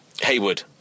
Haywood